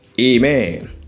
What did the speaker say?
Amen